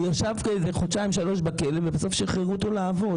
הוא ישב חודשיים-שלוש בכלא ובסוף שחררו אותו לעבוד